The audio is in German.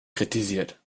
kritisiert